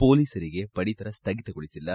ಮೊಲೀಸರಿಗೆ ಪಡಿತರ ಸ್ನಗಿತಗೊಳಿಸಿಲ್ಲ